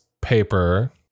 paper